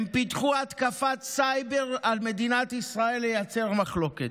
הם פיתחו התקפת סייבר על מדינת ישראל כדי לייצר מחלוקת.